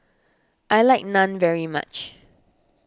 I like Naan very much